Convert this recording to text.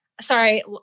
sorry